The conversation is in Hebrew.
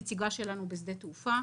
הנציגה של משרד הבריאות בשדה התעופה.